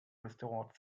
restored